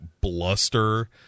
bluster